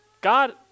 God